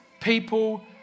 people